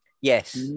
Yes